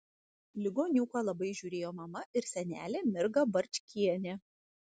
ligoniuką labai žiūrėjo mama ir senelė mirga barčkienė